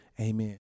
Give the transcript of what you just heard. Amen